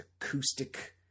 acoustic